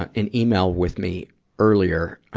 an email with me earlier.